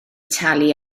talu